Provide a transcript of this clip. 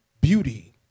beauty